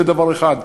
זה דבר אחד.